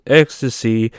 ecstasy